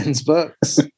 Books